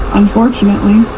unfortunately